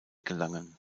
gelangen